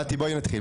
מטי, בואי נתחיל.